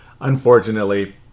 unfortunately